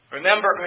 Remember